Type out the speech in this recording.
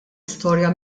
istorja